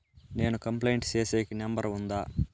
నేను కంప్లైంట్ సేసేకి నెంబర్ ఉందా?